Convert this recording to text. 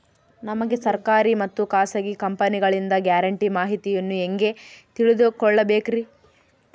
ನಮಗೆ ಸರ್ಕಾರಿ ಮತ್ತು ಖಾಸಗಿ ಕಂಪನಿಗಳಿಂದ ಗ್ಯಾರಂಟಿ ಮಾಹಿತಿಯನ್ನು ಹೆಂಗೆ ತಿಳಿದುಕೊಳ್ಳಬೇಕ್ರಿ?